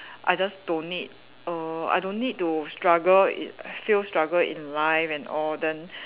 I just don't need err I don't need to struggle in feel struggle in life and all then